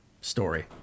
story